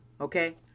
okay